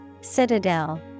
Citadel